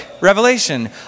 Revelation